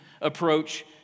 approach